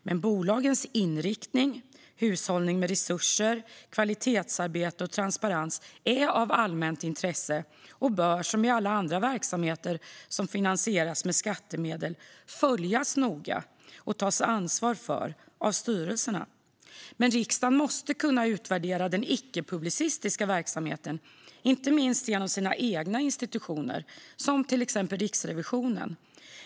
Men bolagens inriktning, hushållning med resurser, kvalitetsarbete och transparens är av allmänt intresse och bör, som i alla andra verksamheter som finansieras med skattemedel, följas noga och tas ansvar för av styrelserna. Men riksdagen måste kunna utvärdera den icke-publicistiska verksamheten, inte minst genom sina egna institutioner som Riksrevisionen.